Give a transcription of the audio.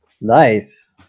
nice